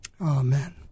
Amen